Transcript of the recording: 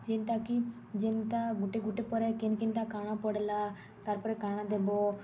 ଯେନ୍ଟାକି ଯେନ୍ଟା ଗୁଟେ ଗୁଟେ ପରେ କେନ୍ କେନ୍ଟା କାଣା ପଡ଼୍ଲା ତାର୍ ପରେ କାଣା ଦେବ